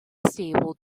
stable